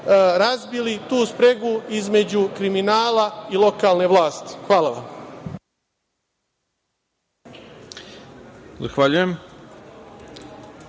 razbili tu spregu između kriminala i lokalne vlasti. Hvala vam. **Ivica